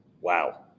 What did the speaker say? Wow